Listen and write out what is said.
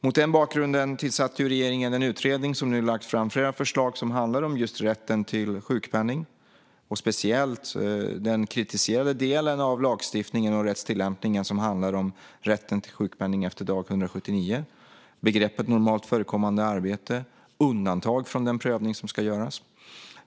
Mot den bakgrunden tillsatte regeringen en utredning, som nu har lagt fram flera förslag om rätten till sjukpenning, speciellt om den kritiserade del av lagstiftningen och rättstillämpningen som handlar om rätten till sjukpenning efter dag 179, begreppet "normalt förekommande arbete" och undantag från den prövning som ska göras.